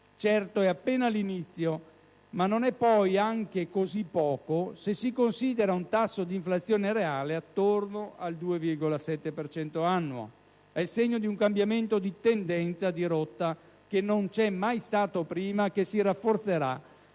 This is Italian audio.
Certo, è appena l'inizio, ma non è neanche poi così poco se si considera un tasso di inflazione reale intorno al 2,7 per cento annuo. È il segno di un cambiamento di tendenza, di rotta, che non c'è mai stato prima e che si rafforzerà